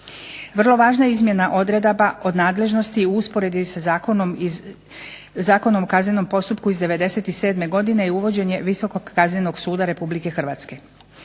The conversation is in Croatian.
Vrlo važna izmjena odredaba od nadležnosti i u usporedbi sa Zakonom o kaznenom postupku iz '97. godine je uvođenje Visokog Kaznenog suda RH.